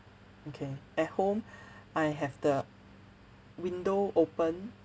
okay at home I have the window open